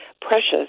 precious